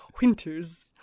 winters